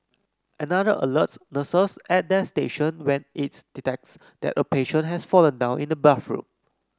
another alerts nurses at their station when it detects that a patient has fallen down in the bathroom